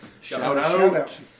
shout-out